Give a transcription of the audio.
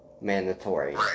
mandatory